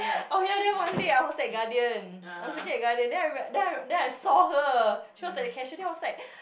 oh ya then one day I was at Guardian I was looking at Guardian then I remember I saw her she was at the cashier then I was like